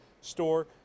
Store